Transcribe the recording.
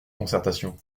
concertation